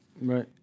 Right